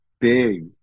Big